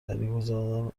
سرمایهگذاران